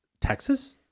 Texas